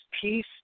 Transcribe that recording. Peace